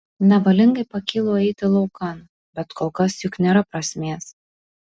nevalingai pakylu eiti laukan bet kol kas juk nėra prasmės